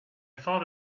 thought